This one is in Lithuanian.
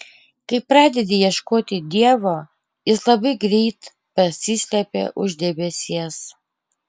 kai pradedi ieškoti dievo jis labai greit pasislepia už debesies